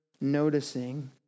noticing